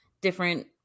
different